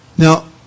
Now